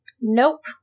Nope